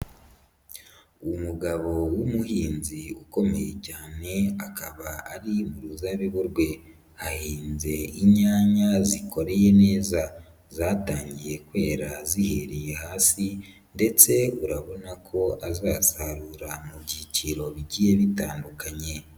Umugabo w'umuhinzi ukomeye cyane akaba ari mu ruzabibu rwe, hahinze inyanya zikoreye neza zatangiye kwera zihereye hasi ndetse urabona ko azasarura mu byiciro bigiye bitandukanye.